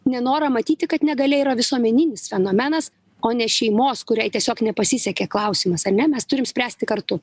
nenorą matyti kad negalia yra visuomeninis fenomenas o ne šeimos kuriai tiesiog nepasisekė klausimas ar ne mes turim spręsti kartu